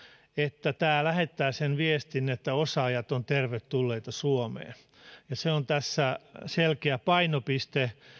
että tämä lähettää sen viestin että osaajat ovat tervetulleita suomeen se on tässä selkeä painopiste